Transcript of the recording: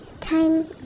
Time